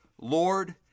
Lord